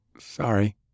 sorry